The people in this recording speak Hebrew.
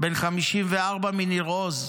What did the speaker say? בן 54 מניר עוז,